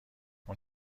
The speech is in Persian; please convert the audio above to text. اون